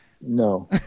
No